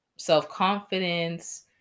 self-confidence